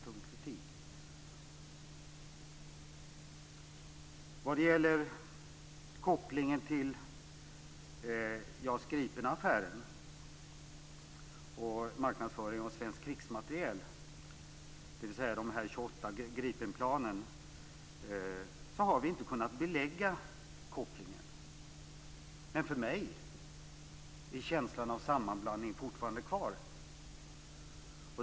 Vi har inte kunna belägga kopplingen till JAS Gripen-affären och marknadsföringen av svensk krigsmateriel, dvs. dessa 28 Gripenplan. Men för mig finns känslan av sammanblandning fortfarande kvar.